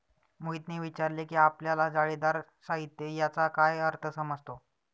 मोहितने विचारले की आपल्याला जाळीदार साहित्य याचा काय अर्थ समजतो?